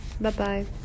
Bye-bye